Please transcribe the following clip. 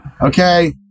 Okay